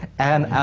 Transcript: and